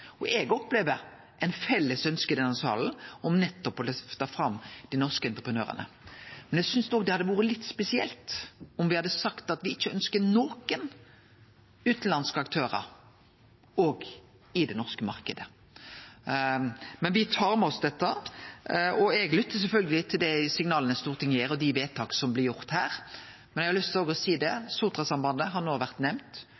Eg opplever eit felles ønske i denne salen om nettopp å løfte fram dei norske entreprenørane, men eg synest òg det hadde vore litt spesielt om me hadde sagt at me ikkje ønskte nokon utanlandske aktørar i den norske marknaden. Men me tar med oss dette, og eg lyttar sjølvsagt til dei signala Stortinget gir og dei vedtaka som blir gjorde her Eg har òg lyst til å seie, når Sotrasambandet har vore nemnt: